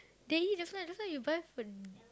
they eat just now just now you buy for